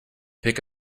pick